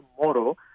tomorrow